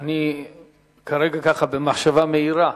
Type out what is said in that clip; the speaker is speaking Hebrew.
כרגע, במחשבה מהירה,